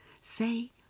Say